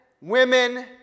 women